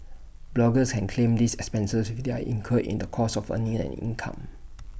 bloggers can claim these expenses if they are incurred in the course of earning an income